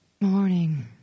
Morning